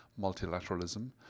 multilateralism